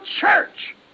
church